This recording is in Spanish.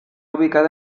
ubicado